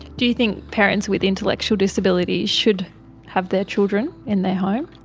do you think parents with intellectual disabilities should have their children in their home?